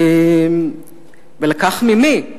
ולקח ממי?